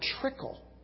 trickle